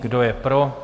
Kdo je pro?